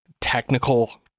Technical